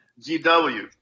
gw